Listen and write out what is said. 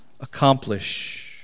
accomplish